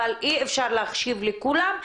אבל אי אפשר להקשיב לכולם.